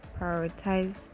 prioritize